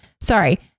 sorry